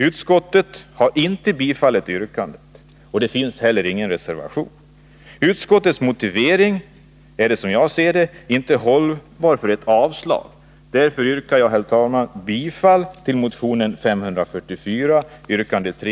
Utskottet har inte tillstyrkt detta motionsyrkande, och det finns heller ingen reservation. Utskottets motivering för ett avslag är, som jag ser det, inte hållbar. Därför yrkar jag, herr talman, under punkt 2 bifall till motion 544, yrkande 3.